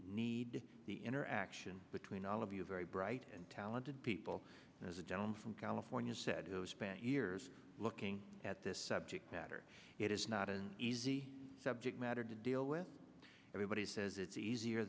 need the interaction between our to be a very bright and talented people as a gentleman from california said it was spent years looking at this subject matter it is not an easy subject matter to deal with everybody says it's easier